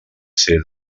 ser